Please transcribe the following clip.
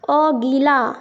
अगिला